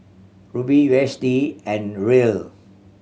Ruble U S D and Riel